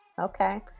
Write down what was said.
okay